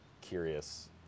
curious